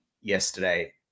yesterday